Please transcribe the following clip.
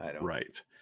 Right